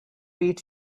eat